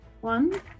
One